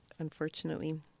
unfortunately